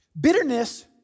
bitterness